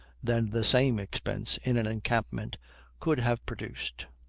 than the same expense in an encampment could have produced.